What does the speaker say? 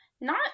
not-